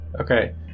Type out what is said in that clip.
Okay